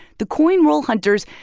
the coin roll hunters,